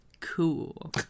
cool